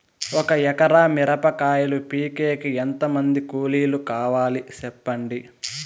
ఒక ఎకరా మిరప కాయలు పీకేకి ఎంత మంది కూలీలు కావాలి? సెప్పండి?